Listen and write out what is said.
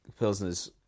pilsners